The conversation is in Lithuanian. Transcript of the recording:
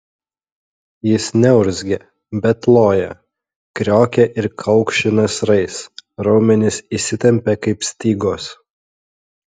jis neurzgia bet loja kriokia ir kaukši nasrais raumenys įsitempia kaip stygos